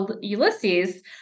Ulysses